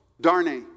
Darnay